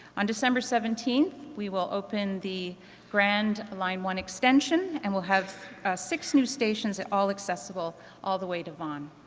on december seventeenth we will open the grand line one extension and we'll have six new stations, all accessible all the way to vaughan.